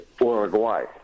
Uruguay